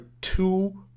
two